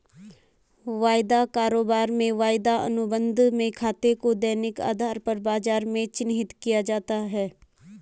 वायदा कारोबार में वायदा अनुबंध में खातों को दैनिक आधार पर बाजार में चिन्हित किया जाता है